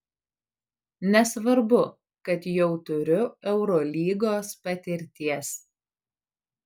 nesvarbu kad jau turiu eurolygos patirties